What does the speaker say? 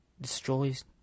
destroys